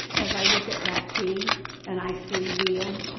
as i look at that key and i see neil,